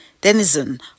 denizen